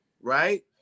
right